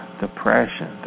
depression